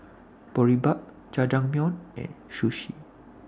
Boribap Jajangmyeon and Sushi